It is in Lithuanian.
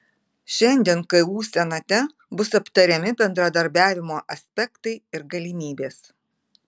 šiandien ku senate bus aptariami bendradarbiavimo aspektai ir galimybės